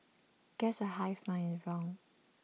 guess the hive mind is wrong